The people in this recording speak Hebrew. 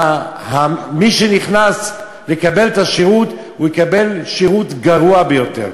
ומי שנכנס לקבל את השירות יקבל שירות גרוע ביותר.